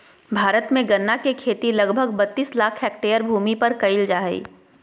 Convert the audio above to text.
भारत में गन्ना के खेती लगभग बत्तीस लाख हैक्टर भूमि पर कइल जा हइ